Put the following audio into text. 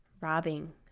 robbing